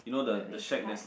for which part